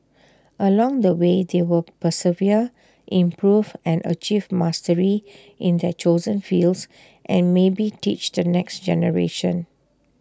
along the way they will persevere improve and achieve mastery in their chosen fields and maybe teach the next generation